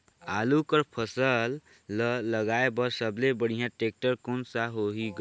आलू कर फसल ल लगाय बर सबले बढ़िया टेक्टर कोन सा होही ग?